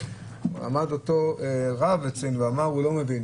עמד אותו רב ואמר שהוא לא מבין,